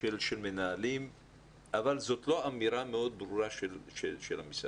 של מנהלים אבל זאת לא אמירה מאוד ברורה של המשרד.